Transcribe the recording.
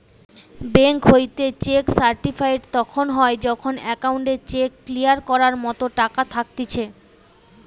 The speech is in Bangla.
বেঙ্ক হইতে চেক সার্টিফাইড তখন হয় যখন অ্যাকাউন্টে চেক ক্লিয়ার করার মতো টাকা থাকতিছে